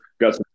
got